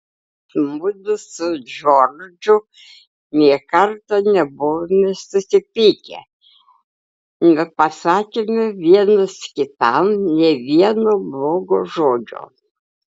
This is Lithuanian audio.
mudu su džordžu nė karto nebuvome susipykę nepasakėme vienas kitam nė vieno blogo žodžio